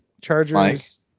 Chargers